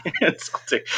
insulting